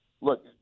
look